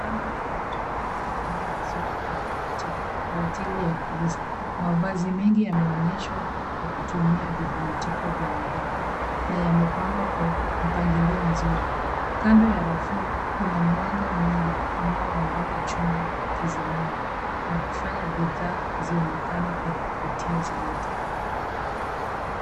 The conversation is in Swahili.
Vinyago vya watoto vimepangwa vizuri kwenye boutique kwa ajili ya kuuza. Mavazi mengi yameonyeshwa kwa kutumia vibandiko vya nguo na yamepangwa kwa mpangilio mzuri. Kando ya rafu kuna mwanga mwingi unaoangaza chumba kizimani na kufanya bidhaa zionekane kwa kuvutia zaidi.